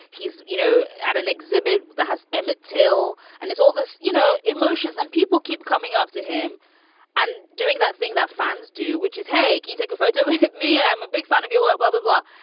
he's, you know, at an exhibit that has emmett till. and it's all this, you know, emotions and people keep coming up to him and doing that thing that fans do, which is, hey, you take a photo with me and i'm a big fan of your work, blah, blah, blah.